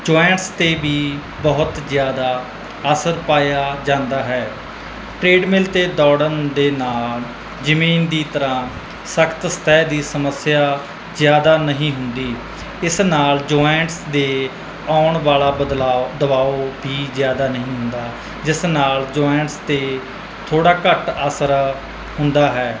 joints 'ਤੇ ਵੀ ਬਹੁਤ ਜ਼ਿਆਦਾ ਅਸਰ ਪਾਇਆ ਜਾਂਦਾ ਹੈ ਟਰੇਡ ਮਿਲ 'ਤੇ ਦੌੜਨ ਦੇ ਨਾਲ ਜ਼ਮੀਨ ਦੀ ਤਰ੍ਹਾ ਸਖਤ ਸਤਹਿ ਦੀ ਸਮੱਸਿਆ ਜ਼ਿਆਦਾ ਨਹੀਂ ਹੁੰਦੀ ਇਸ ਨਾਲ ਜੁਆਇੰਟਸ ਦੇ ਆਉਣ ਵਾਲਾ ਬਦਲਾਓ ਦਬਾਓ ਵੀ ਜ਼ਿਆਦਾ ਨਹੀਂ ਹੁੰਦਾ ਜਿਸ ਨਾਲ ਜੁਆਇੰਟਸ 'ਤੇ ਥੋੜ੍ਹਾ ਘੱਟ ਅਸਰ ਹੁੰਦਾ ਹੈ